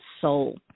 soul